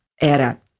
era